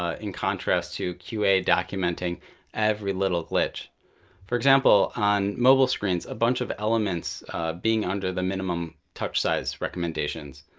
ah in contrast to qa documenting every little glitch for example, on mobile screens, a bunch of elements being under the minimum touch size recommendations.